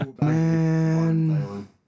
Man